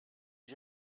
ich